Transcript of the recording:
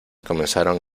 comenzaron